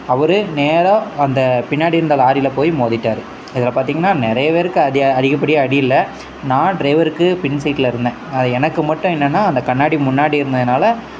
அவர் நேராக அந்த பின்னாடி இருந்த லாரியில் போய் மோதிட்டார் இதில் பார்த்தீங்கனா நிறைய பேருக்கு அதிக அதிகப்படியாக அடி இல்லை நான் ட்ரைவருக்கு பின் சீட்டில் இருந்தேன் எனக்கு மட்டும் என்னன்னால் அந்த கண்ணாடி முன்னாடி இருந்ததினால